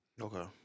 Okay